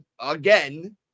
again